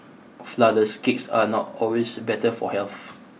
flourless cakes are not always better for health